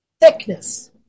Thickness